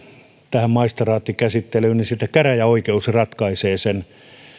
tähän maistraattikäsittelyyn käräjäoikeus sitten ratkaisee sen